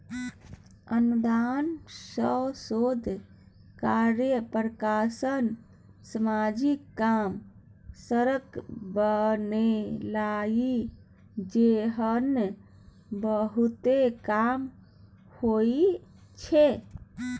अनुदान सँ शोध कार्य, प्रकाशन, समाजिक काम, सड़क बनेनाइ जेहन बहुते काम होइ छै